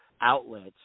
outlets